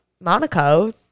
Monaco